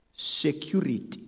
Security